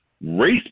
race